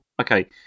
Okay